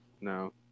No